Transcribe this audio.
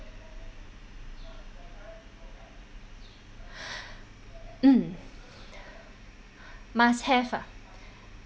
mm must have ah